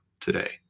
today